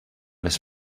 his